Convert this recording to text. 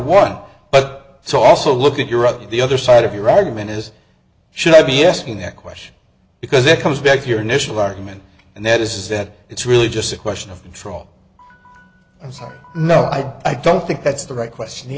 one but to also look at your other the other side of your argument is should i be asking that question because it comes back to your national argument and that is that it's really just a question of troll no i don't think that's the right question the